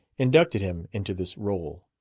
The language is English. inducted him into this role.